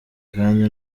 kandi